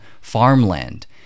farmland